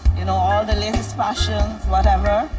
you know, all the latest fashions, whatever.